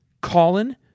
Colin